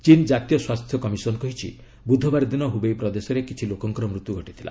ଚୀନ୍ ଜାତୀୟ ସ୍ୱାସ୍ଥ୍ୟ କମିଶନ୍ କହିଛି ବୁଧବାର ଦିନ ହୁବେଇ ପ୍ରଦେଶରେ କିଛି ଲୋକଙ୍କର ମୃତ୍ୟୁ ଘଟିଥିଲା